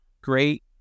great